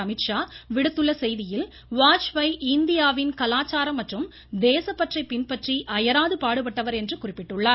அமீத்ஷா விடுத்துள்ள செய்தியில் வாஜ்பாய் இந்தியாவின் கலாச்சாரம் மற்றும் தேசப்பற்றை பின்பற்றி அயராது பாடுபட்டவர் என்று குறிப்பிட்டுள்ளார்